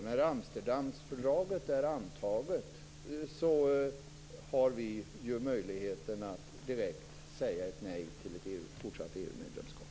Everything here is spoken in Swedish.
När Amsterdamfördraget är antaget har vi ju möjligheten att direkt säga nej till fortsatt EU-medlemskap.